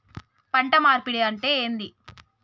పంట మార్పిడి అంటే ఏంది?